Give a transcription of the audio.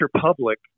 public